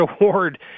Award